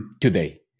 today